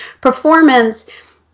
performance